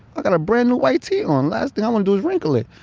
i got a brand new white tee on. last thing i wanna do is wrinkle it.